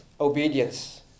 obedience